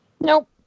Nope